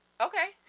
Okay